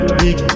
big